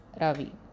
Ravi